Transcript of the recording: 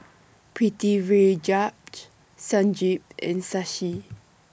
Pritiviraj Sanjeev and Shashi